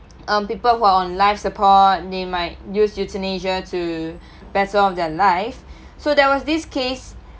um people who are on life support they might use euthanasia to better of their life so there was this case